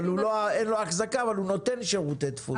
אין לו אחזקה אבל הוא נותן שירותי דפוס.